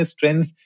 trends